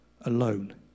alone